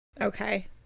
Okay